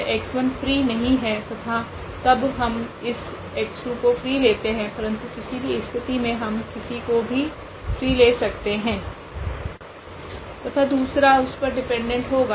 तो यह x1 free नहीं है तथा तब हम इस x2 को फ्री लेते है परंतु किसी भी स्थिति मे हम किसी को भी फ्री ले सकते है तथा दूसरा उस पर डिपेंडेंट होगा